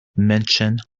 mentioned